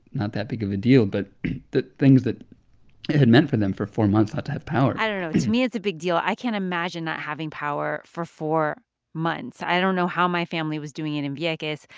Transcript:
not that big of a deal. but the things that it had meant for them for four months not to have power i don't know. to me, it's a big deal. i can't imagine not having power for four months. i don't know how my family was doing it in vieques.